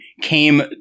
came